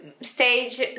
stage